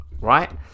right